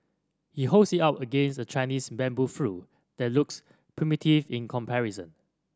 he holds it up against a Chinese bamboo flute that looks primitive in comparison